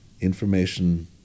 information